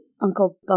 Uncle